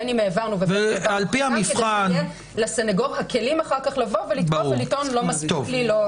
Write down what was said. בין אם העברנו --- כדי שיהיו לסניגור הכלים לבוא ולטעון: לא מספיק לי.